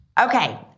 Okay